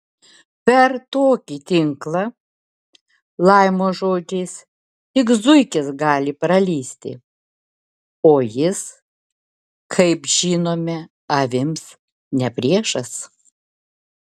per tokį tinklą laimo žodžiais tik zuikis gali pralįsti o jis kaip žinome avims ne priešas